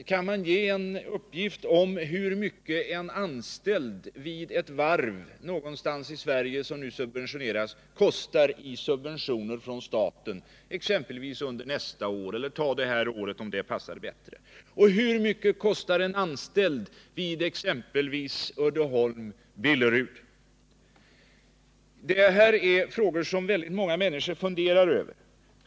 Kan man ge en uppgift om hur mycket en anställd vid ett varv i Sverige som nu subventioneras kostar i stödpengar ifrån staten, exempelvis under nästa år? — eller ta det här året, om det passar bättre! Och hur mycket kostar en anställd vid exempelvis Billerud-Uddeholm? Detta är frågor som många människor säkert funderar över.